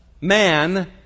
man